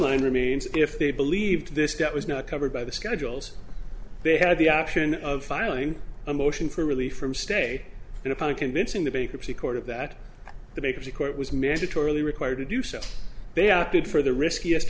line remains if they believed this debt was not covered by the schedules they have the option of filing a motion for relief from stay in upon a convincing the bankruptcy court of that that makes the court was mandatorily required to do so they opted for the riskiest